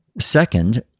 Second